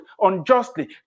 unjustly